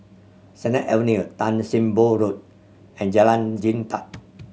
Sennett Avenue Tan Sim Boh Road and Jalan Jintan